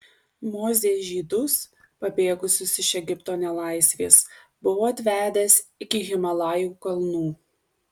mozė žydus pabėgusius iš egipto nelaisvės buvo atvedęs iki himalajų kalnų